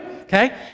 okay